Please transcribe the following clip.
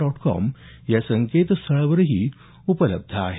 dot com या संकेतस्थळावरही उपलब्ध आहे